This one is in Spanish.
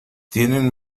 tienen